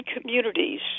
communities